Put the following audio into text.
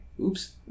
Oops